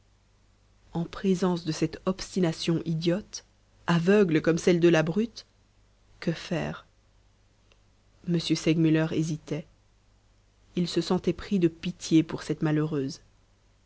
en présence de cette obstination idiote aveugle comme celle de la brute que faire m segmuller hésitait il se sentait pris de pitié pour cette malheureuse